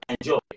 enjoy